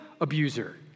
abuser